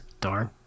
Darn